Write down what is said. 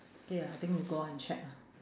K I think we go out and check lah